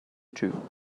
too